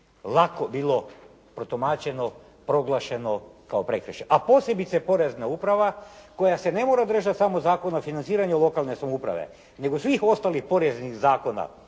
lako bilo protumačeno, proglašeno kao prekršaj, a posebice porezna uprava koja se ne mora držati samo Zakona o financiranju lokalne samouprave, nego svih ostalih poreznih zakona